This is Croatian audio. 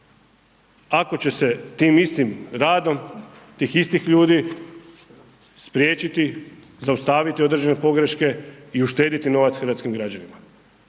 Ako će se tim istim radom, tih istih ljudi spriječiti, zaustaviti određene pogreške i uštedjeti novac hrvatskim građanima